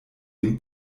dem